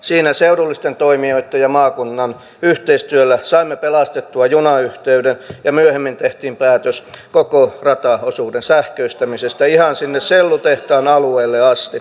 siinä seudullisten toimijoitten ja maakunnan yhteistyöllä saimme pelastettua junayhteyden ja myöhemmin tehtiin päätös koko rataosuuden sähköistämisestä ihan sinne sellutehtaan alueelle asti